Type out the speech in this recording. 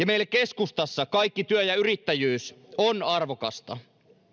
meille keskustassa kaikki työ ja yrittäjyys on arvokasta